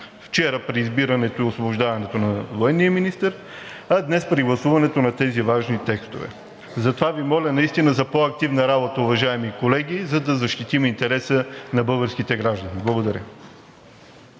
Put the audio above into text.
вчера при избирането и освобождаването на военния министър, а днес при гласуването на тези важни текстове. Затова Ви моля наистина за по-активна работа, уважаеми колеги, за да защитим интереса на българските граждани. Благодаря